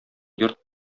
йорт